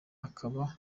akaba